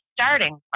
starting